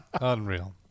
Unreal